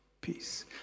peace